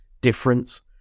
difference